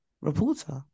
reporter